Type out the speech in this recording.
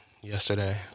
yesterday